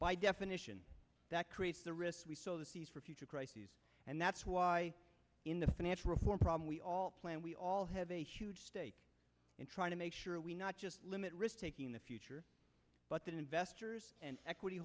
by definition that creates the risks we sow the seeds for future crises and that's why in the financial reform problem we all plan we all have a huge stake in trying to make sure we not just limit risk taking the future but that investors and equity